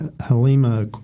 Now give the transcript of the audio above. Halima